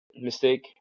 mistake